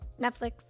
Netflix